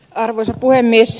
arvoisa puhemies